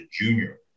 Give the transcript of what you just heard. junior